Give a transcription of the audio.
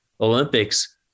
Olympics